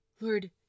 Lord